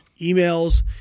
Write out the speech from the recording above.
emails